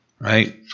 right